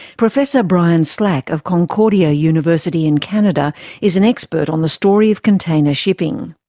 professor brian slack of concordia university in canada is an expert on the story of container shipping.